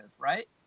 right